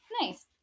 nice